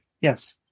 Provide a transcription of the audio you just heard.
yes